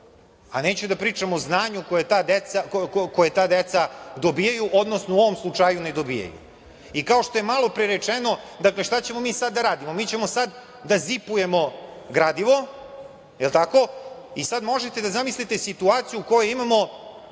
a da ne pričam o znanju koje ta deca dobijaju, odnosno u ovom slučaju ne dobijaju. Kao što je malo pre rečeno, šta ćemo mi sad da radimo? Mi ćemo sad da zipujemo gradivo, jel tako, i sad možete da zamislite situaciju koju imamo,